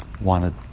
wanted